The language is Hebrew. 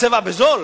הצבע בזול?